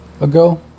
ago